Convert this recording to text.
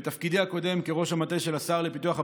בתפקידי הקודם כראש המטה של השר לפיתוח הפריפריה,